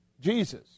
Jesus